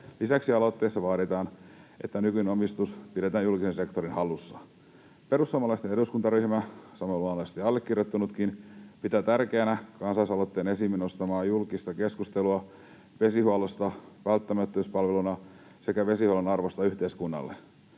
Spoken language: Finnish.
Lisäksi aloitteessa vaaditaan, että nykyinen omistus pidetään julkisen sektorin hallussa. Perussuomalaisten eduskuntaryhmä, ja samoin luonnollisesti allekirjoittanutkin, pitää tärkeänä kansalaisaloitteen esiin nostamaa julkista keskustelua vesihuollosta välttämättömyyspalveluna sekä vesihuollon arvosta yhteiskunnalle.